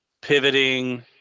pivoting